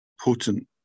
potent